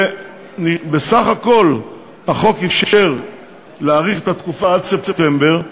ובסך הכול החוק אִפשר להאריך את התקופה עד ספטמבר,